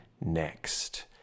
next